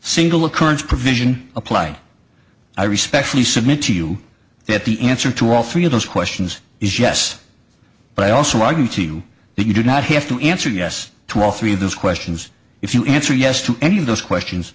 single occurrence provision apply i respectfully submit to you that the answer to all three of those questions is yes but i also argue to you that you do not have to answer yes to all three of those questions if you answer yes to any of those questions